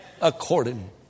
According